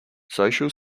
social